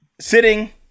sitting